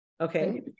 Okay